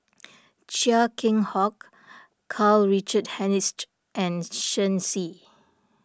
Chia Keng Hock Karl Richard Hanitsch and Shen Xi